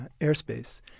airspace